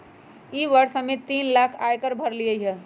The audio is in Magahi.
ई वर्ष हम्मे तीन लाख आय कर भरली हई